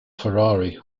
ferrari